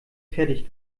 fertig